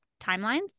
timelines